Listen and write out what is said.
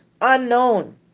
unknown